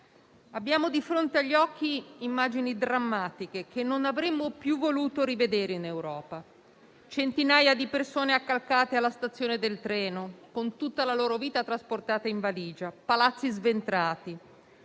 abbiamo di fronte agli occhi immagini drammatiche che non avremmo più voluto rivedere in Europa; centinaia di persone accalcate alla stazione del treno con tutta la loro vita trasportata in valigia, palazzi sventrati,